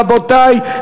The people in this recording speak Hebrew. רבותי,